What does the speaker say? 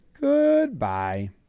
Goodbye